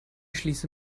schließe